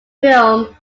film